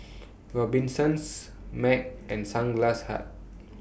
Robinsons Mac and Sunglass Hut